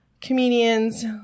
comedians